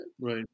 Right